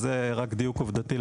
זהו רק דיוק עובדתי.